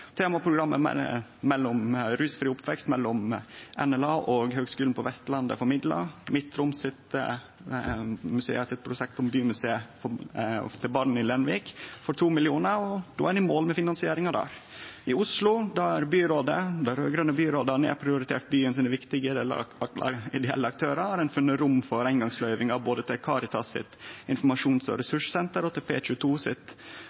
mellom Rusfri oppvekst, NLA og Høgskulen på Vestlandet får midlar. Midt-Troms Museum sitt prosjekt om bymuseum til barn i Lenvik får 2 mill. kr, og då er ein i mål med finansieringa der. I Oslo, der det raud-grøne byrådet har nedprioritert dei viktige ideelle aktørane i byen, har ein funne rom for eingangsløyvingar både til Caritas sitt informasjons- og ressurssenter og til P22 sitt